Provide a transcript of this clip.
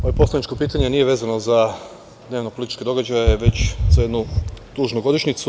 Moje poslaničko pitanje nije vezano za dnevno-političke događaje, već za jednu tužnu godišnjicu.